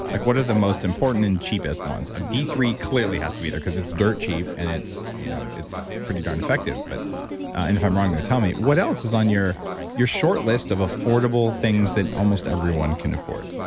like what are the most important and cheapest ones? a d three clearly has to be there, because it's dirt cheap and it's you know it's pretty darn effective. but and if i'm wrong, they'll tell me. what else is on your your short list of affordable things that almost everyone can afford?